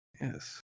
yes